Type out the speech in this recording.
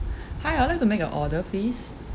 hi I'd like to make an order please